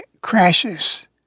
crashes